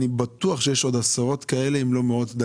אני בטוח שיש עוד עשרות מקרים כאלה, אם לא מאות.